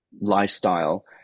lifestyle